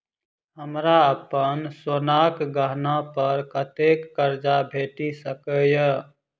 हमरा अप्पन सोनाक गहना पड़ कतऽ करजा भेटि सकैये?